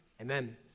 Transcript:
amen